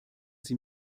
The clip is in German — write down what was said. sie